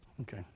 Okay